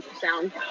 sound